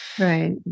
Right